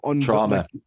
trauma